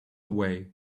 away